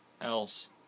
else